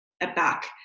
aback